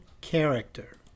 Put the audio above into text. character